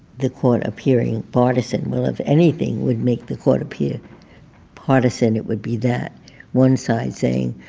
the court appearing partisan. well, if anything would make the court appear partisan, it would be that one side saying,